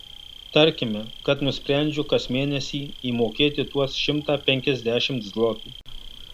tarkime kad nusprendžiu kas mėnesį įmokėti tuos šimtą penkiasdešimt zlotų